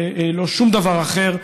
ולא שום דבר אחר.